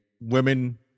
women